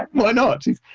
um why not,